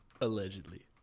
allegedly